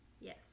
Yes